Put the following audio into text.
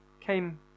came